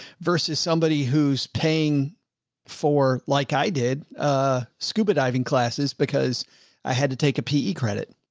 versus somebody who's paying for like i did, ah, scuba diving classes because i had to take a pe credit.